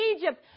Egypt